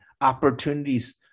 opportunities